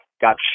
got